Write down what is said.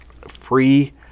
free